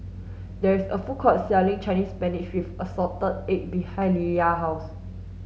there is a food court selling Chinese spinach with assorted egg behind Leia house